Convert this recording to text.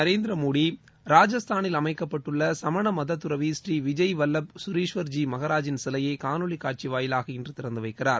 நரேந்திர மோடி ராஜஸ்தானில் அமைக்கப்பட்டுள்ள சமண மதத் தறவி புநீ விஜய் வல்லப் கரிஷ்வர் ஜி மகாராஜின் சிலையை காணொளிக் காட்சி வாயிலாக இன்று திறந்து வைக்கிறார்